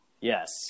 Yes